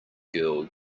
girl